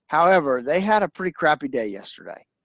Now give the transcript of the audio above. however, they had a pretty crappy day yesterday.